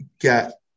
get